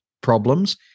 problems